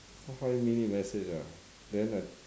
five minute message ah then I